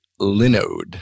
Linode